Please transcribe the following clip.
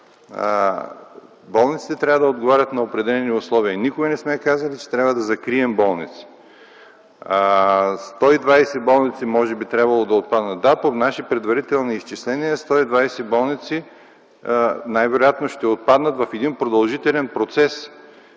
болниците трябва да отговарят на определени условия. Никога не сме казвали, че трябва да закрием болници. Може би трябвало да отпаднат 120 болници. Да, по наши предварителни изчисления 120 болници най-вероятно ще отпаднат в един продължителен процес.